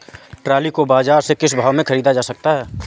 Trolley को बाजार से किस भाव में ख़रीदा जा सकता है?